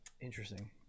Interesting